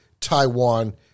Taiwan